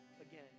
again